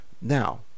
now